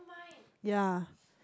ya